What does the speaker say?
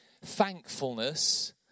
thankfulness